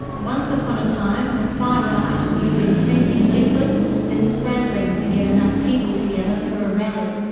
once upon a time, the far-right would have been printing leaflets and scrambling to get enough people together for a rally.